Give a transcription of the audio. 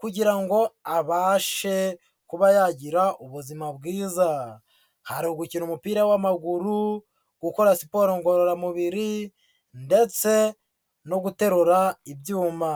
kugira ngo abashe kuba yagira ubuzima bwiza, hari ugukina umupira w'amaguru, gukora siporo ngororamubiri ndetse no guterura ibyuma.